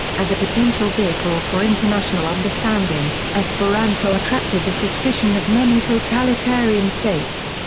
as a potential vehicle for international understanding, esperanto attracted the suspicion of many totalitarian states.